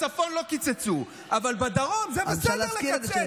בצפון לא קיצצו, אבל בדרום זה בסדר לקצץ.